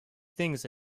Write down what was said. things